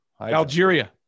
algeria